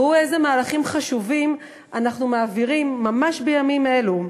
ראו איזה מהלכים חשובים אנחנו מעבירים בימים אלה ממש.